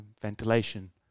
ventilation